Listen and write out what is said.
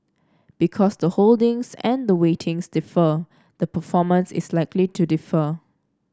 because the holdings and the weightings differ the performance is likely to differ